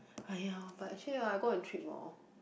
!aiyo! but actually orh I go on trip more